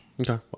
Okay